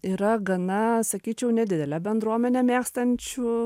yra gana sakyčiau nedidelė bendruomenė mėgstančių